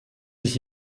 ich